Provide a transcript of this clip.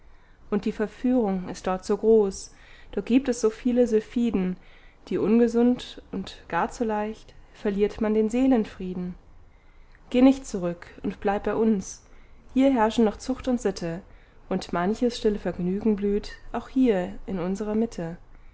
und die verführung ist dort so groß dort gibt es so viele sylphiden die ungesund und gar zu leicht verliert man den seelenfrieden geh nicht zurück und bleib bei uns hier herrschen noch zucht und sitte und manches stille vergnügen blüht auch hier in unserer mitte